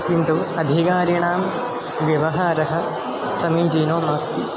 किन्तु अधिकारिणां व्यवहारः समीचीनो नास्ति